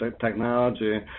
technology